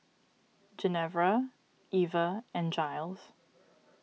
Genevra Eva and Jiles